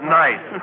nice